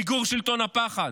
מיגור שלטון הפחד,